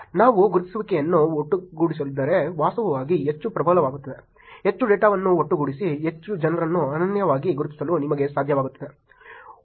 ನಾವು ಗುರುತಿಸುವಿಕೆಯನ್ನು ಒಟ್ಟುಗೂಡಿಸಿದರೆ ವಾಸ್ತವವಾಗಿ ಹೆಚ್ಚು ಪ್ರಬಲವಾಗುತ್ತದೆ ಹೆಚ್ಚು ಡೇಟಾವನ್ನು ಒಟ್ಟುಗೂಡಿಸಿ ಹೆಚ್ಚು ಜನರನ್ನು ಅನನ್ಯವಾಗಿ ಗುರುತಿಸಲು ನಿಮಗೆ ಸಾಧ್ಯವಾಗುತ್ತದೆ